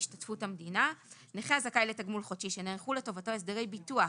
יבוא: השתתפות המדינה 43א. בתשלום הסדרי ביטוח